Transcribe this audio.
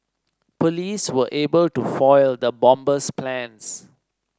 police were able to foil the bomber's plans